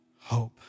hope